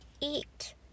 eat